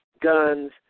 guns